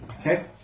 Okay